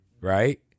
right